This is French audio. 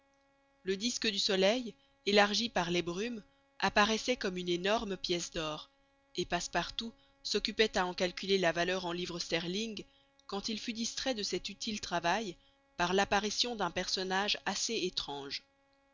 le disque du soleil élargi par les brumes apparaissait comme une énorme pièce d'or et passepartout s'occupait à en calculer la valeur en livres sterling quand il fut distrait de cet utile travail par l'apparition d'un personnage assez étrange